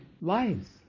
lives